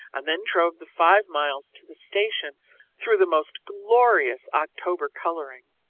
and then drove the five miles to the station through the most glorious october colouring.